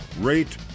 rate